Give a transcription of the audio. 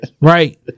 Right